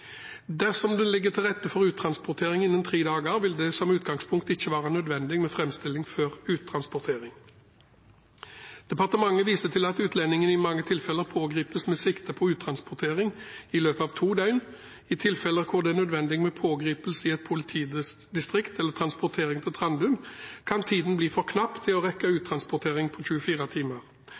vil det som utgangspunkt ikke være nødvendig med framstilling før uttransportering. Departementet viser til at utlendingen i mange tilfeller pågripes med sikte på uttransportering i løpet av to døgn. I tilfeller hvor det er nødvendig med pågripelse i et politidistrikt og transportering til Trandum, kan tiden bli for knapp til å rekke uttransportering innen 24 timer.